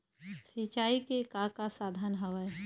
सिंचाई के का का साधन हवय?